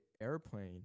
airplane